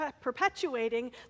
perpetuating